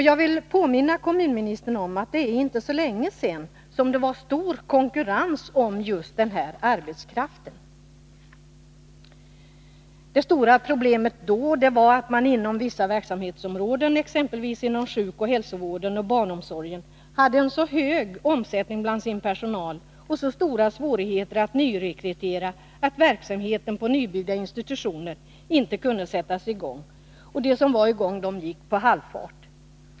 Jag vill påminna kommunministern om att det inte är så länge sedan som det var stor konkurrens om just den här arbetskraften. Det stora problemet då var att man inom vissa verksamhetsområden, exempelvis inom sjukoch hälsovården samt barnomsorgen, hade en så hög omsättning bland sin personal och så stora svårigheter att nyrekrytera att verksamheten på nybyggda institutioner inte kunde sättas i gång, och de som var i gång gick på halvfart.